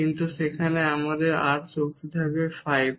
কিন্তু সেখানে আমাদের r শক্তি 5 হবে